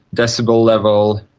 decibel level,